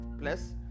plus